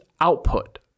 output